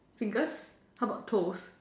fingers how bout toes